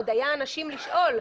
עוד היו אנשים לשאול.